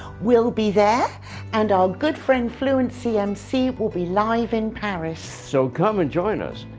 we'll be there and our good friend fluency mc will be live in paris. so come and join us.